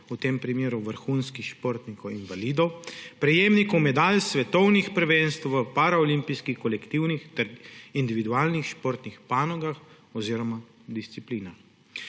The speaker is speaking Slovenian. v tem primeru vrhunskih športnikov invalidov, prejemnikov medalj s svetovnih prvenstev v paraolimpijskih kolektivnih ter individualnih športnih panogah oziroma disciplinah.